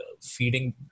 feeding